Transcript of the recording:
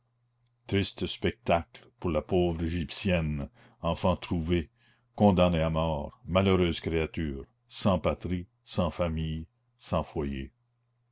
triste spectacle pour la pauvre égyptienne enfant trouvée condamnée à mort malheureuse créature sans patrie sans famille sans foyer